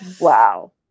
wow